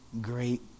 great